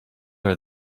are